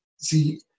See